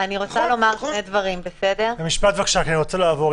אני רוצה שבחול המועד לא ייתקעו ילדים בלי טיפול.